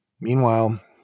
meanwhile